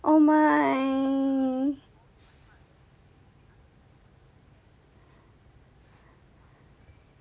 oh my